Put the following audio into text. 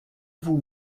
vous